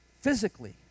physically